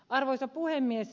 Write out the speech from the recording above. arvoisa puhemies